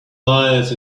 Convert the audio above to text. life